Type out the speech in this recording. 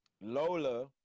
Lola